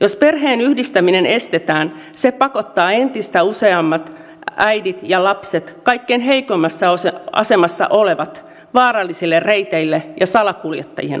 jos perheenyhdistäminen estetään se pakottaa entistä useammat äidit ja lapset kaikkein heikoimmassa asemassa olevat vaarallisille reiteille ja salakuljettajien armoille